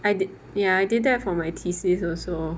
I did ya I did that for my thesis also